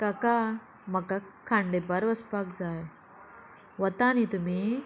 काका म्हाका खांडेपार वचपाक जाय वता न्ही तुमी